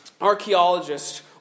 archaeologists